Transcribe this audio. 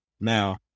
Now